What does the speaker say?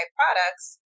products